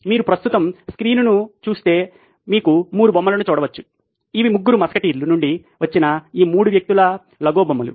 మీరు ప్రస్తుతం స్క్రీన్ను చూస్తే మీరు 3 బొమ్మలను చూడవచ్చు ఇవి ముగ్గురు మస్కటీర్స్ నుండి వచ్చిన ఈ 3 వ్యక్తుల లెగో బొమ్మలు